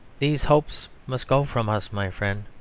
these hopes must go from us, my friend.